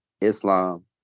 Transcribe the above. Islam